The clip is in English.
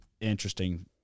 interesting